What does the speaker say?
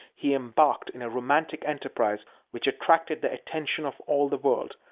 he embarked in a romantic enterprise which attracted the attention of all the world.